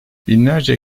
binlerce